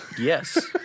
Yes